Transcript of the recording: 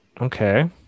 Okay